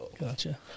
Gotcha